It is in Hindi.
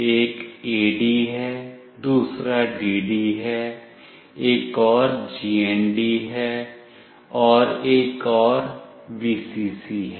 एक AD है दूसरा DD है एक और GND है और एक और Vcc है